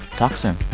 talk soon